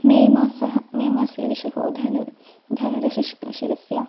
मे मासः मे मासे विषुः धनुः धनुः शिशिरः शिरस्य